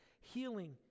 healing